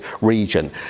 region